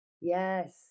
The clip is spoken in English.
Yes